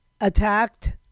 attacked